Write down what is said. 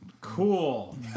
Cool